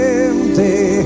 empty